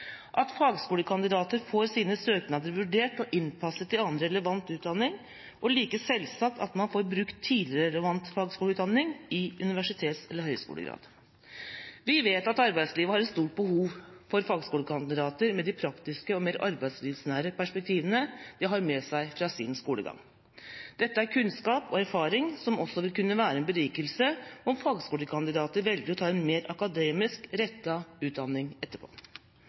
at fagskolekandidater får sine søknader vurdert og innpasset til annen relevant utdanning, og like selvsagt at man får brukt tidligere, relevant fagskoleutdanning i universitets- eller høyskolegrad. Vi vet at arbeidslivet har et stort behov for fagskolekandidater med de praktiske og mer arbeidslivsnære perspektivene de har med seg fra sin skolegang. Dette er kunnskap og erfaring som også vil kunne være en berikelse om fagskolekandidater velger å ta en mer akademisk rettet utdanning etterpå.